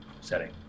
setting